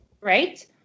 Right